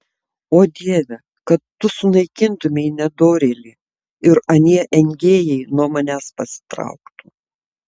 o dieve kad tu sunaikintumei nedorėlį ir anie engėjai nuo manęs pasitrauktų